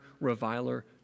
reviler